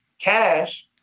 cash